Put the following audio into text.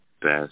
Best